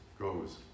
goes